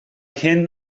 hyn